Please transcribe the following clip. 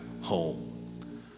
home